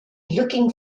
looking